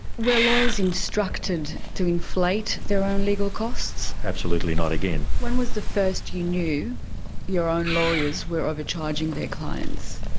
were lawyers instructed to inflate their own legal costs? absolutely not, again. when was the first you knew your own lawyers were overcharging their clients?